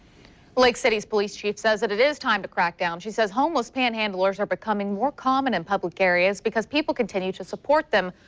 lake city police chief says it it is time to crack down, she says homeless panhandlers are becoming more common in public area because people continue to support them.